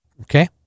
okay